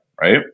right